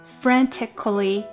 frantically